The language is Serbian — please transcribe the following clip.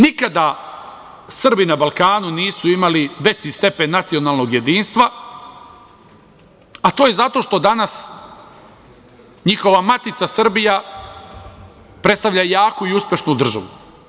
Nikada Srbi na Balkanu nisu imali veći stepen nacionalnog jedinstva, a to je zato što danas njihova matica Srbija predstavlja jaku i uspešnu državu.